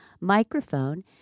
microphone